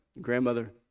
Grandmother